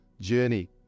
journey